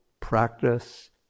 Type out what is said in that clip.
practice